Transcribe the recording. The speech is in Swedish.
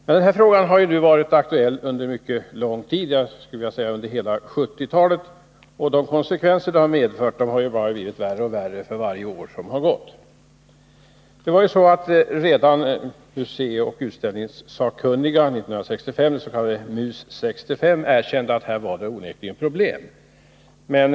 Denna fråga har varit aktuell under mycket lång tid, praktiskt taget under hela 1970-talet, och de konsekvenser detta har fått har blivit värre för varje år som gått. Redan 1965 års museioch utställningssakkunniga, den s.k. MUS 65, erkände att det här onekligen förelåg problem.